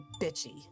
bitchy